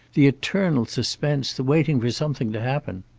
the eternal suspense, the waiting for something to happen.